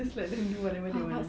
just let them do whatever they want